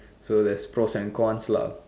so there's pros and cons lah